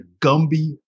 Gumby